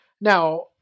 now